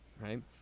right